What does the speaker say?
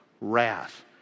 wrath